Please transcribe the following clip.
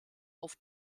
auf